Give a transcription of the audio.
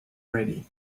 ready